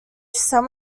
some